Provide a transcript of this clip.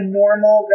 normal